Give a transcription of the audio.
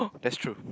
that's true